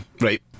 Right